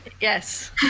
Yes